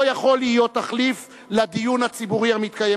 לא יכול להיות תחליף לדיון הציבורי המתקיים